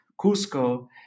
Cusco